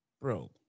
Bro